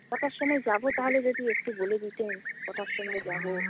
কটার সময় যাব তাহলে যদি একটু বলে দিতেন কটার সময় যাব